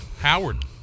howard